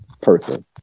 person